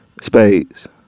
Spades